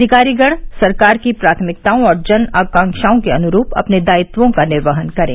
अधिकारीगण सरकार की प्राथमिकताओं और जनआकांक्षाओं के अनुरूप अपने दायित्वों का निर्वहन करें